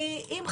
כי אם,